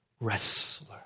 wrestler